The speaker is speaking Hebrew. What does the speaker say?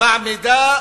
מעמידה